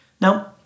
Now